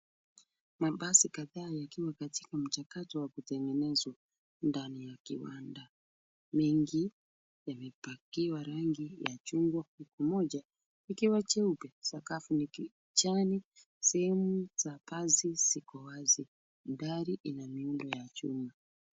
Mabasi kadhaa yakiwa katika mchakato wa kutengezwa ndani ya kiwanda. Mengi, yamepakiwa rangi ya chungwa huku moja ikiwa jeupe. Sakafu ni kijani. Sehemu za basi ziko wazi. Gari ina miundo ya chuma.